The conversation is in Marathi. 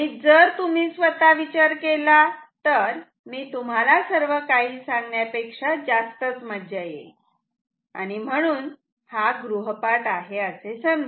जर तुम्ही स्वतः विचार केला तर मी तुम्हाला सर्व काही सांगण्यापेक्षा जास्तच मज्जा येईल आणि म्हणून हा गृहपाठ आहे असे समजा